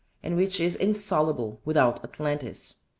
and which is insoluble without atlantis.